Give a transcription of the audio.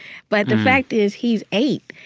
but the fact is, he's eight.